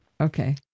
okay